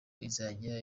izajya